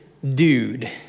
Dude